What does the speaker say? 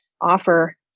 offer